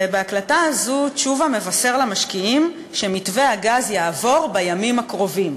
ובהקלטה הזאת תשובה מבשר למשקיעים שמתווה הגז יעבור בימים הקרובים.